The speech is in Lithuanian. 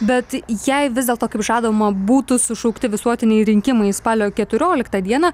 bet jei vis dėlto kaip žadama būtų sušaukti visuotiniai rinkimai spalio keturioliktą dieną